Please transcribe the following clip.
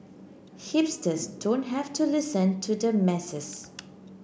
hipsters don't have to listen to the masses